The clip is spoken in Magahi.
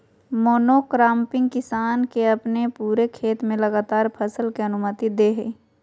मोनोक्रॉपिंग किसान के अपने पूरे खेत में लगातार फसल के अनुमति दे हइ